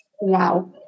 Wow